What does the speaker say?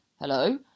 Hello